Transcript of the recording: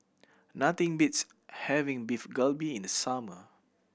nothing beats having Beef Galbi in the summer